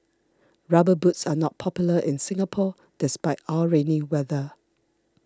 rubber boots are not popular in Singapore despite our rainy weather